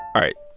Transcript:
all right,